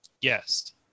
Yes